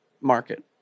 market